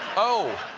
oh,